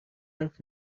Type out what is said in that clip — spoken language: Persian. حرف